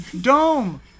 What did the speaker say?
dome